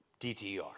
dtr